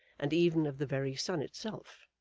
and even of the very sun itself.